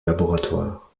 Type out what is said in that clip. laboratoires